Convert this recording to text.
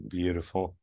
beautiful